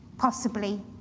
possibly,